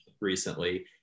recently